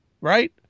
right